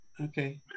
Okay